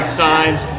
signs